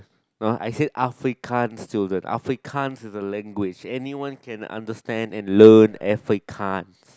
uh I said african student african is a language anyone can understand and learn africans